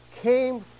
came